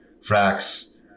Frax